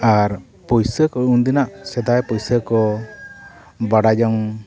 ᱟᱨ ᱯᱩᱭᱥᱟᱹ ᱠᱚ ᱩᱱ ᱫᱤᱱᱟᱜ ᱥᱮᱫᱟᱭ ᱯᱩᱭᱥᱟᱹ ᱠᱚ ᱵᱟᱰᱟᱭ ᱡᱚᱝ